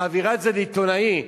מעבירה את זה לעיתונאי.